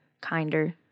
kinder